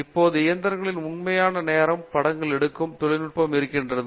இப்போது இயந்திரகளின் உண்மையான நேரம் படங்களை எடுக்கும் தொழில்நுட்பம் இருக்கிறது